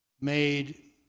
made